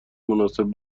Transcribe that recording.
مناسب